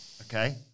Okay